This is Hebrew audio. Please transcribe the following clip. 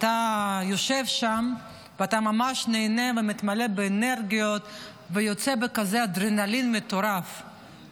שאתה יושב שם ואתה ממש נהנה ומתמלא באנרגיות ויוצא בכזה אדרנלין מטורף,